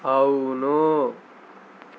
అవును